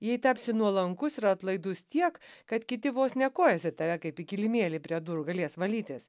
jei tapsi nuolankus ir atlaidus tiek kad kiti vos ne kojas į tave kaip į kilimėlį prie durų galės valytis